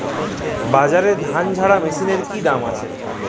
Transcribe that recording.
বাজারে ধান ঝারা মেশিনের কি দাম আছে?